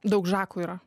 daug žakų yra